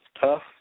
tough